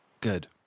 Good